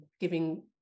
giving